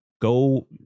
Go